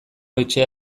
etxea